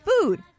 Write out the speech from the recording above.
food